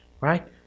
right